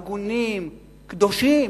הגונים, קדושים,